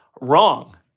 wrong